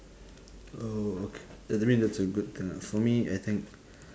oh okay ya that mean that's a good thing lah for me I think